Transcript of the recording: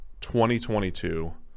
2022